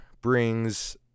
brings